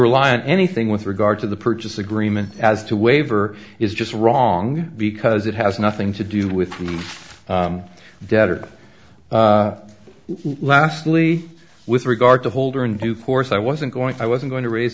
rely on anything with regard to the purchase agreement as to waiver is just wrong because it has nothing to do with the debt or lastly with regard to holder in due course i wasn't going i wasn't going to raise